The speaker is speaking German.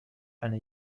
eine